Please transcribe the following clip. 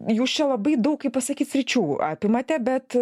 jūs čia labai daug kaip pasakyt sričių apimate bet